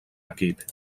equip